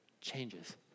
changes